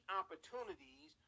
opportunities